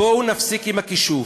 בואו נפסיק עם הכישוף.